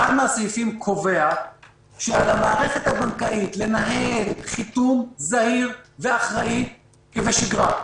אחד מהסעיפים קובע שעל המערכת הבנקאית לנהל חיתום זהיר ואחראי שבשגרה.